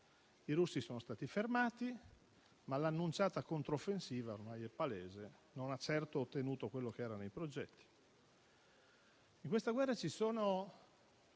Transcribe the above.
I russi sono stati fermati, ma l'annunciata controffensiva - ormai è palese - non ha certo ottenuto quello che era nei progetti. In questa guerra ci sono